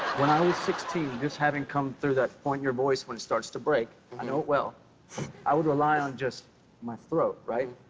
when i was sixteen, just having come through that point in your voice when it starts to break i know it well i would rely on just my throat, right?